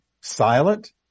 silent